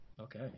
okay